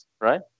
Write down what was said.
right